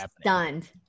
stunned